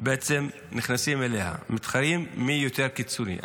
נכנסים אליה, מתחרים מי יותר קיצוני.